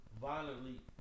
violently